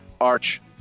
Arch